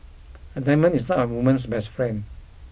a diamond is not a woman's best friend